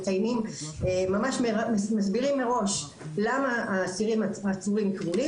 אמרו שממש מסבירים מראש למה האסירים כבולים.